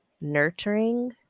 nurturing